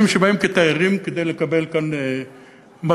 שבאים כתיירים כדי לקבל כאן מרפא.